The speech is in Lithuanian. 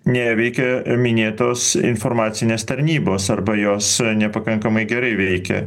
neveikia minėtos informacinės tarnybos arba jos nepakankamai gerai veikia